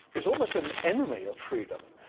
is almost an enemy of freedom.